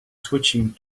switching